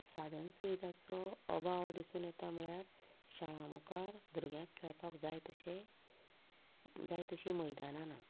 साधन सुविधांचो अभाव दिसून येता म्हळ्यार शाळा मुखार भुरग्याक खेळपाक जाय तशे जाय तशीं मैदानां ना